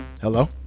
Hello